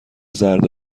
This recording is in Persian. زرد